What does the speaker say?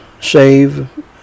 save